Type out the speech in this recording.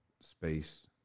space